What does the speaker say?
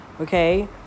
Okay